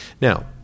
Now